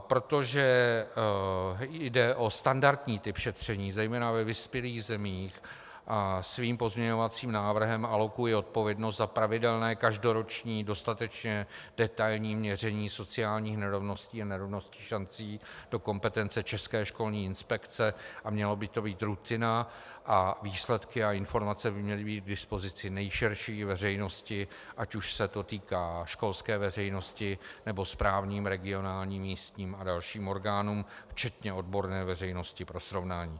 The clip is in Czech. Protože jde o standardní typ šetření zejména ve vyspělých zemích, svým pozměňovacím návrhem alokuji odpovědnost za pravidelné každoroční dostatečně detailní měření sociálních nerovností a nerovností šancí do kompetence České školní inspekce a měla by to být rutina a výsledky a informace by měly být k dispozici nejširší veřejnosti, ať už se to týká školské veřejnosti, nebo správní, regionální, místní a dalších orgánů, včetně odborné veřejnosti, pro srovnání.